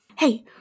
Hey